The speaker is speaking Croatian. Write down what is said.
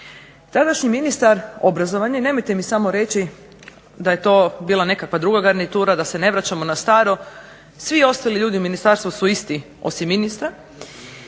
Tadašnji ministar obrazovanja i nemojte mi samo reći da je to bila nekakva druga garnitura da se ne vraćamo staro, svi ostali ljudi u ministarstvu su isti osim ministra,